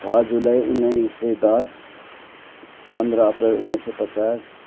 छ जुलाई उन्नाइस सय दस पन्ध्र अप्रेल उन्नाइस सय पचास